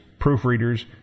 proofreaders